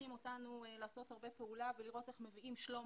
שמצריכים אותנו לעשות הרבה פעולה ולראות איך מביאים שלום